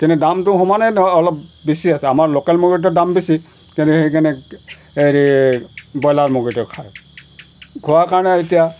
কিন্তু দামটো সমানেই অলপ বেছি আছে আমাৰ লোকেল মুৰ্গীটো দাম বেছি কিন্তু সেইকাৰণে হেৰি ব্ৰইলাৰ মুৰ্গীটো খায় খোৱা কাৰণে এতিয়া